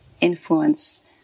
influence